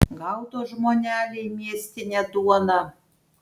gaudo žmoneliai miestinę duoną